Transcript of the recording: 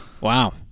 Wow